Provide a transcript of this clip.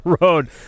road